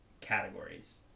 categories